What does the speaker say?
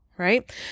right